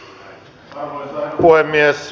arvoisa herra puhemies